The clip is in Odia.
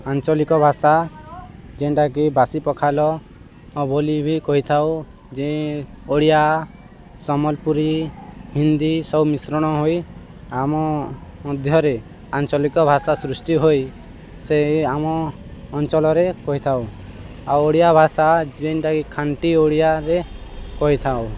ଆଞ୍ଚଲିକ ଭାଷା ଯେନ୍ଟା କି ବାସି ପଖାଲ ବୋଲି ବି କହିଥାଉ ଯେ ଓଡ଼ିଆ ସମଲପୁରୀ ହିନ୍ଦୀ ସବୁ ମିଶ୍ରଣ ହେଇ ଆମ ମଧ୍ୟରେ ଆଞ୍ଚଲିକ ଭାଷା ସୃଷ୍ଟି ହେଇ ସେ ଆମ ଅଞ୍ଚଳରେ କହିଥାଉ ଆଉ ଓଡ଼ିଆ ଭାଷା ଯେନ୍ଟା କି ଖାଣ୍ଟି ଓଡ଼ିଆରେ କହିଥାଉ